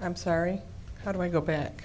i'm sorry how do i go back